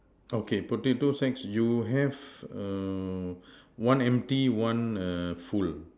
okay potato sacks you have err one empty one err full